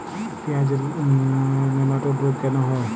পেঁয়াজের নেমাটোড রোগ কেন হয়?